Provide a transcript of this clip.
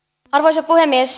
arvoisa puhemies